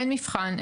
אין מבחן,